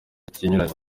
ikinyuranyo